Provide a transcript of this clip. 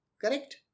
Correct